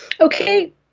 Okay